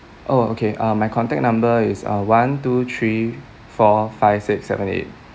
oh okay uh my contact number is uh one two three four five six seven eight